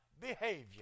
Behavior